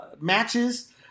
matches